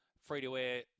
free-to-air